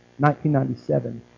1997